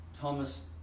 Thomas